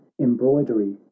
embroidery